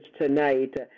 tonight